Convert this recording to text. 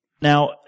Now